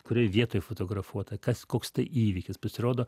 kurioj vietoj fotografuota kas koks tai įvykis pasirodo